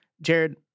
Jared